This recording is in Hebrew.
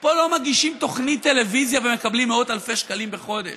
פה לא מגישים תוכנית טלוויזיה ומקבלים מאות אלפי שקלים בחודש.